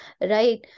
right